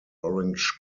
orange